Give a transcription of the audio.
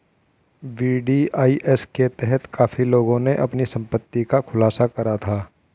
VDIS के तहत काफी लोगों ने अपनी संपत्ति का खुलासा करा था